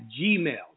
Gmail